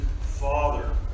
Father